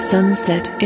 Sunset